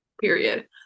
period